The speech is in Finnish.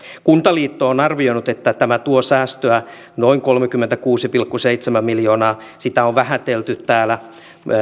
kuntaliitto on arvioinut että tämä tuo säästöä noin kolmekymmentäkuusi pilkku seitsemän miljoonaa sitä on vähätelty täällä